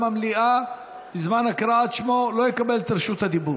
המליאה בזמן הקראת שמו לא יקבל את רשות הדיבור.